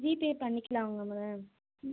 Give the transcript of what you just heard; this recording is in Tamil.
ஜிபே பண்ணிக்கிலாங்க மேம்